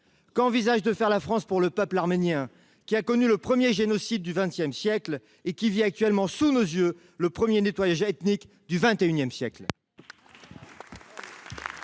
qu’envisage de faire la France pour le peuple arménien, qui a connu le premier génocide du XX siècle et qui vit actuellement, sous nos yeux, le premier nettoyage ethnique du XXI siècle ?